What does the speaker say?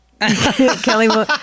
Kelly